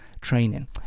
training